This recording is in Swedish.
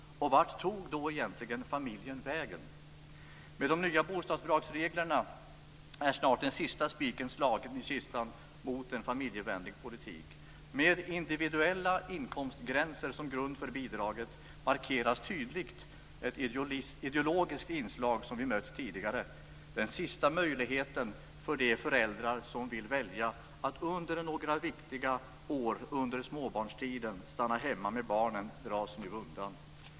Vart tog egentligen familjen vägen? Med de nya bostadsbidragsreglerna är snart den sista spiken slagen i kistan mot en familjevänlig politik. Med individuella inkomstgränser som grund för bidraget markeras tydligt ett ideologiskt inslag, som vi mött tidigare. Den sista möjligheten för de föräldrar som vill välja att under några viktiga år under småbarnstiden stanna hemma med barnen dras nu undan.